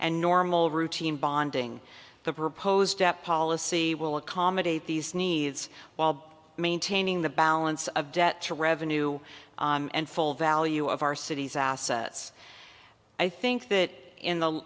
and normal routine bonding the proposed dept policy will accommodate these needs while maintaining the balance of debt to revenue and full value of our city's assets i think that in the